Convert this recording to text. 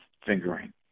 fingering